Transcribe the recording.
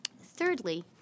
Thirdly